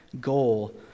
goal